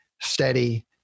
steady